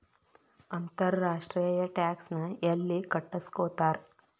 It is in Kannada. ಅಂತರ್ ರಾಷ್ಟ್ರೇಯ ಟ್ಯಾಕ್ಸ್ ನ ಯೆಲ್ಲಿ ಕಟ್ಟಸ್ಕೊತಾರ್?